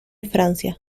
francia